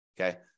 okay